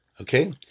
Okay